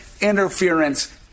interference